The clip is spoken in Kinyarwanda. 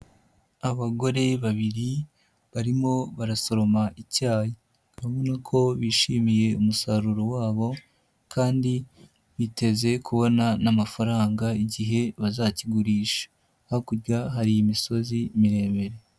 Abagore babiri barimo barasoroma icyayi, urabona ko bishimiye umusaruro wabo kandi biteze kubona n'amafaranga igihe bazakigurisha, hakurya hari imisozi miremire.